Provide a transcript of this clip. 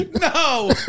No